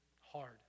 hard